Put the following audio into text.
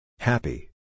Happy